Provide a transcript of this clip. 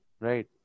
Right